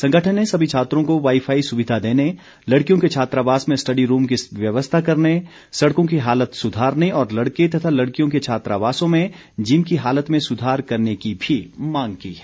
संगठन ने सभी छात्रों को वाईफाई सुविधा देने लड़कियों के छात्रावास में स्टडी रूम की व्यवस्था करने सड़कों की हालत सुधारने और लड़के तथा लड़कियों के छात्रावासों में जिम की हालत में सुधार करने की भी मांग की है